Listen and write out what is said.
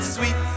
Sweet